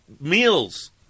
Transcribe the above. meals